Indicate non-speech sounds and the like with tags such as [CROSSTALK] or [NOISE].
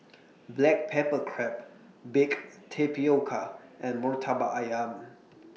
[NOISE] Black Pepper Crab Baked Tapioca and Murtabak Ayam [NOISE]